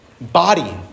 body